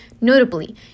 Notably